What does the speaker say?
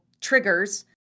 triggers